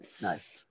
Nice